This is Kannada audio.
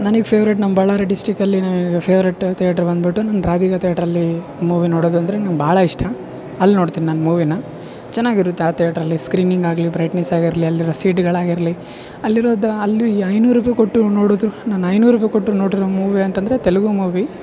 ನನಗ್ ಫೆವ್ರೇಟ್ ನಮ್ಮ ಬಳ್ಳಾರಿ ಡಿಸ್ಟಿಕ್ ಅಲ್ಲಿ ನಮಗೆ ಫೆವ್ರೇಟ್ ತೇಟ್ರ್ ಬಂದ್ಬಿಟ್ಟು ನಾನ್ ರಾಧಿಕ ತೇಟ್ರಲ್ಲಿ ಮೂವಿ ನೋಡೋದು ಅಂದರೆ ನಮ್ಮ ಬಹಳ ಇಷ್ಟ ಅಲ್ಲಿ ನೋಡ್ತೀನಿ ನಾನು ಮೂವಿನ ಚೆನ್ನಾಗಿರುತ್ತೆ ಆ ತೇಟ್ರಲ್ಲಿ ಸ್ಕ್ರೀನಿಂಗ್ ಆಗ್ಲಿ ಬ್ರೈಟ್ನೆಸ್ ಆಗಿರಲಿ ಅಲ್ಲಿರೋ ಸೀಟ್ಗಳಾಗಿರಲಿ ಅಲ್ಲಿರೋದ ಅಲ್ಲಿಐನೂರು ರೂಪಾಯಿ ಕೊಟ್ಟು ನೋಡೋದು ನಾನು ಐನೂರು ರೂಪಾಯಿ ಕೊಟ್ಟು ನೋಡಿರೊ ಮೂವಿ ಅಂತಂದರೆ ತೆಲುಗು ಮೂವಿ